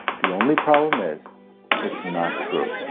the only problem is it's not true.